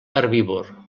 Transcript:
herbívor